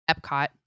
Epcot